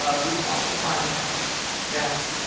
ah we also find out that,